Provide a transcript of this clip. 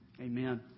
Amen